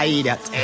idiot